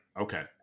Okay